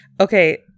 okay